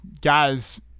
guys